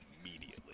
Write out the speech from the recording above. immediately